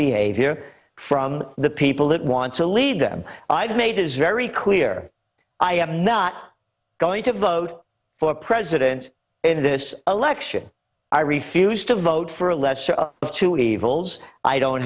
behavior from the people that want to lead them i've made this very clear i am not going to vote for a president in this election i refuse to vote for a lesser of two evils i don't